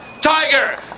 tiger